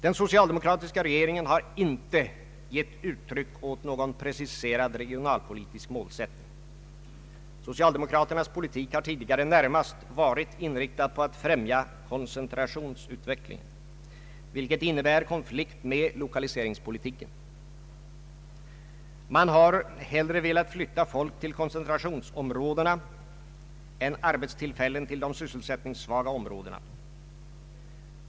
Den socialdemokratiska regeringen har inte gett uttryck åt någon preciserad regionalpolitisk målsättning. Socialdemokraternas politik har tidigare närmast varit inriktad på att främja koncentrationsutvecklingen, vilket innebär konflikt med lokaliseringspolitiken. Man har hellre velat flytta folk till koncentrationsområdena än ge arbeten till de sysselsättningssvaga områdena.